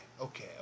Okay